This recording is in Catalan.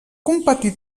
competí